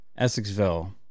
Essexville